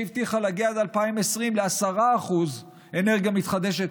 שהבטיחה להגיע עד 2020 ל-10% אנרגיה מתחדשת,